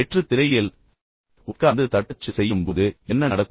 வெற்றுத் திரையில் உட்கார்ந்து தட்டச்சு செய்யும்போது என்ன நடக்கும்